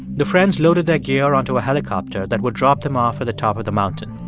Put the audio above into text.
the friends loaded their gear onto a helicopter that would drop them off at the top of the mountain